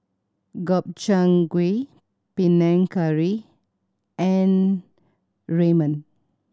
Gobchang Gui Panang Curry and Ramen